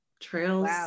trails